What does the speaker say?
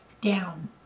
down